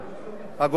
הרוגים ופצועים.